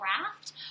craft